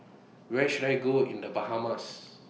Where should I Go in The Bahamas